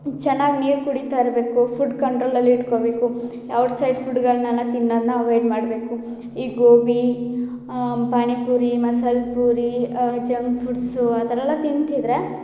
ಚೆನ್ನಾಗಿ ನೀರು ಕುಡಿತಾ ಇರಬೇಕು ಫುಡ್ ಕಂಟ್ರೋಲಲ್ಲಿ ಇಟ್ಕೊಬೇಕು ಔಟ್ಸೈಡ್ ಫುಡ್ಗಳನ್ನೆಲ್ಲ ತಿನ್ನೋದನ್ನ ಅವಾಯ್ಡ್ ಮಾಡಬೇಕು ಈ ಗೋಬಿ ಪಾನಿಪುರಿ ಮಸಾಲೆ ಪೂರಿ ಜಂಕ್ ಫುಡ್ಸು ಆ ಥರದ್ದೆಲ್ಲ ತಿಂತಿದ್ದರೆ